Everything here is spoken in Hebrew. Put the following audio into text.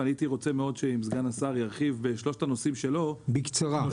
והייתי רוצה שסגן השר ירחיב בשלושת הנושאים שלו סופר-מעניינים.